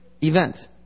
event